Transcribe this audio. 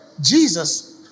Jesus